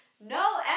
No